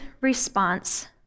response